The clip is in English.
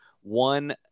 one